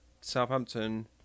Southampton